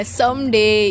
someday